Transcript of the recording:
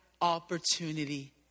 opportunity